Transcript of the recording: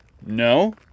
No